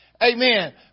Amen